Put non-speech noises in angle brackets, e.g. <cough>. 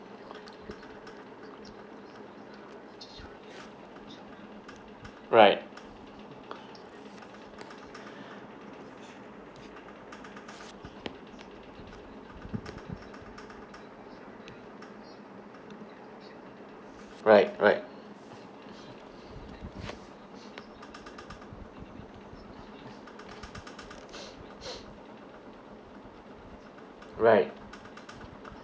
right right right <noise> right